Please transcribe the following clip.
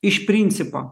iš principo